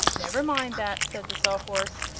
never mind that, said the sawhorse.